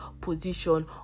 position